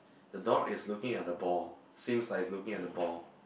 the dog is looking at the ball seems like it's looking at the ball